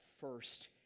first